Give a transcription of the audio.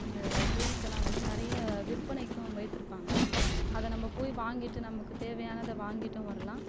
இந்த பொருட்களெலாம் வந்து நிறைய விற்பனைக்கும் வைத்திருப்பாங்கள் அதை நம்ம போய் வாங்கிட்டு நமக்குத் தேவையானத வாங்கிட்டும் வரலாம்